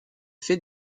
fait